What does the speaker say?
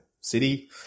city